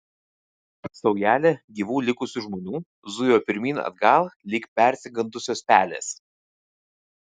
saujelė gyvų likusių žmonių zujo pirmyn atgal lyg persigandusios pelės